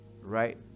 right